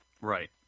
Right